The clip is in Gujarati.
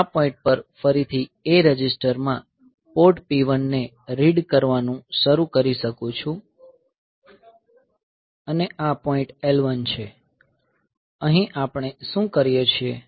હું આ પોઈન્ટ પર ફરીથી A રજિસ્ટર માં પોર્ટ P1 ને રીડ કરવાનું શરૂ કરી શકું છું અને આ પોઈન્ટ L1 છે અહીં આપણે શું કરીએ છીએ